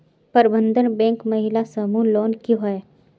प्रबंधन बैंक महिला समूह लोन की होय?